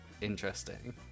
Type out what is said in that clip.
Interesting